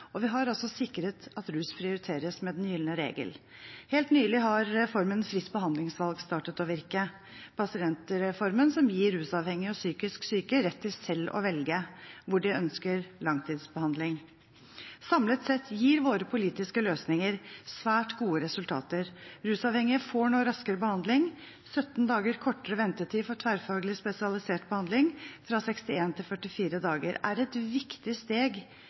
og vi har sikret at rus prioriteres med den gylne regel. Helt nylig har reformen fritt behandlingsvalg startet å virke, pasientreformen som gir rusavhengige og psykisk syke rett til selv å velge hvor de ønsker langtidsbehandling. Samlet sett gir våre politiske løsninger svært gode resultater. Rusavhengige får nå raskere behandling – 17 dager kortere ventetid for tverrfaglig spesialisert behandling, fra 61 til 44 dager, er et viktig steg